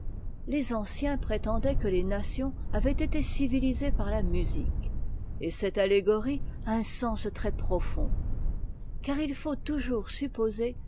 les anciens prétendaient que les nations avaient été civilisées par la musique et cette allégorie a un sens très-profond car il faut toujours supposer